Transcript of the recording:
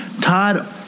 Todd